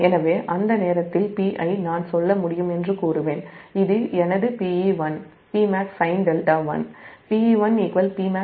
எனவே அந்த நேரத்தில் Pi நான் சொல்ல முடியும் என்று கூறுவேன்இது எனது Pe1 Pmaxsinδ1